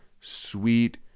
sweet